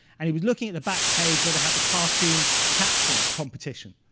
and he was looking at the back page where they have the cartoon caption competition.